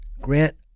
Grant